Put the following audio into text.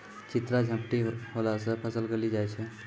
चित्रा झपटी होला से फसल गली जाय छै?